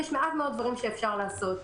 יש מעט מאוד דברים שאפשר לעשות.